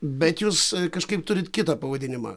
bet jūs kažkaip turit kitą pavadinimą